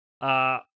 Uh-